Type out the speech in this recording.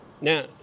Now